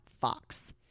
Fox